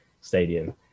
Stadium